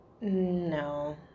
No